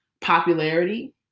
popularity